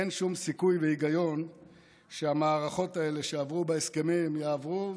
אין שום סיכוי והיגיון שהמערכות האלה שעברו בהסכמים יעברו,